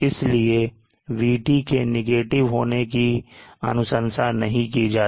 इसलिए VT के negative होने की अनुशंसा नहीं की जाती